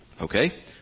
okay